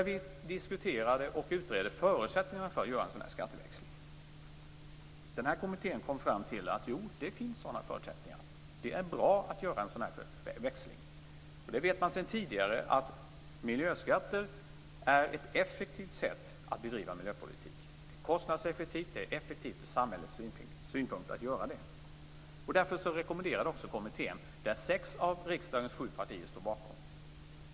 Vi diskuterade och utredde förutsättningarna för en skatteväxling. Kommittén kom fram till att det finns sådana förutsättningar, att det är bra att göra en växling. Vi vet sedan tidigare att miljöskatter är ett effektivt sätt att bedriva miljöpolitik. Det är kostnadseffektivt och effektivt ur samhällets synpunkt att göra det. Därför rekommenderades också skatteväxling av kommittén, som sex av riksdagens partier står bakom.